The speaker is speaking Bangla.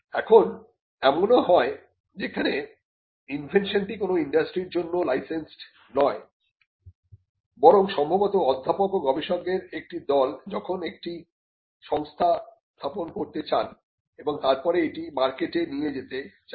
এখন এমন ও হয় যেখানে ইনভেনশনটি কোন ইন্ডাস্ট্রির জন্য লাইসেন্সড্ নয় বরং সম্ভবত অধ্যাপক ও গবেষকদের একটি দল এখন একটি সংস্থা স্থাপন করতে চান ও তারপরে এটি মার্কেটে নিয়ে যেতে চান